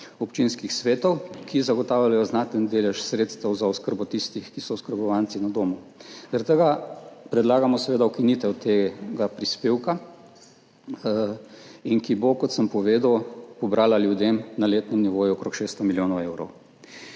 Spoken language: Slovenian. občinskih svetov, ki zagotavljajo znaten delež sredstev za oskrbo tistih, ki so oskrbovanci na domu. Zaradi tega predlagamo seveda ukinitev tega prispevka in ki bo, kot sem povedal, pobrala ljudem na letnem nivoju okrog 600 milijonov evrov.